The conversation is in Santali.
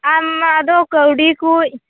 ᱟᱢ ᱟᱫᱚ ᱠᱟᱹᱣᱰᱤ ᱠᱚ